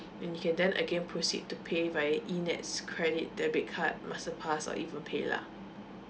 and you can then again proceed to pay via E NETS credit debit card master pass or even PayLah